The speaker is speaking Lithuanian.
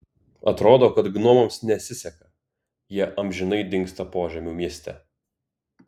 atrodo kad gnomams nesiseka jie amžinai dingsta požemių mieste